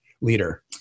leader